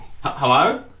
Hello